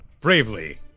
bravely